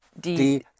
die